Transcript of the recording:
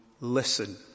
listen